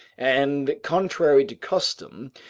and, contrary to custom,